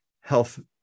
health